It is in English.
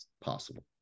possible